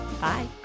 Bye